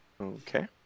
Okay